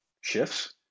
shifts